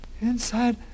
Inside